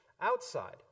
outside